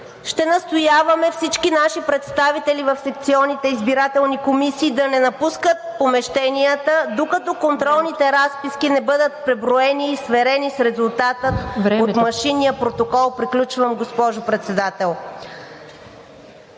ще настояваме всички наши представители в секционните избирателни комисии да не напускат помещенията, докато контролните разписки не бъдат преброени и сверени с резултата от машинния протокол. ПРЕДСЕДАТЕЛ ТАТЯНА